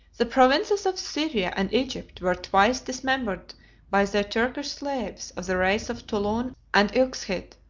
the provinces of syria and egypt were twice dismembered by their turkish slaves of the race of toulon and ilkshid.